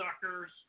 suckers